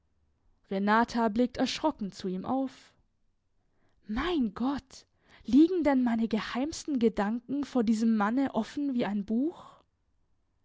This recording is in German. renata blickt erschrocken zu ihm auf mein gott liegen denn meine geheimsten gedanken vor diesem manne offen wie ein buch